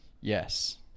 Yes